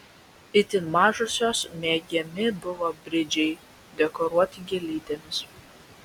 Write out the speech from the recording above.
itin mažosios mėgiami buvo bridžiai dekoruoti gėlytėmis